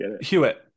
Hewitt